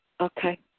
Okay